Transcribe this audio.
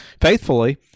faithfully